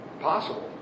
Possible